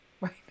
Right